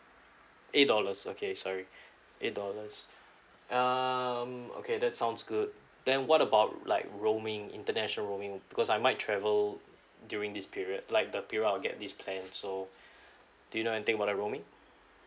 eight dollars okay sorry eight dollars um okay that sounds good then what about like roaming international roaming because I might travel during this period like the period I'll get this plan so do you know anything about the roaming